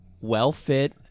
well-fit